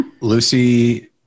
Lucy